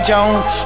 Jones